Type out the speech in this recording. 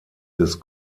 des